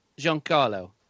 Giancarlo